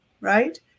right